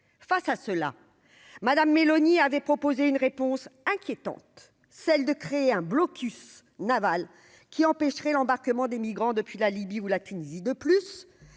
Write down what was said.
face à cela, madame Meloni avait proposé une réponse inquiétante : celle de créer un blocus Naval qui empêcherait l'embarquement des migrants depuis la Libye ou la Tunisie, de plus,